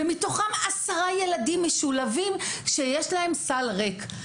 ומתוכם עשרה ילדים משולבים שיש להם סל ריק.